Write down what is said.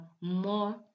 more